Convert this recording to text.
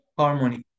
harmony